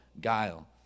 guile